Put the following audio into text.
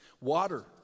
Water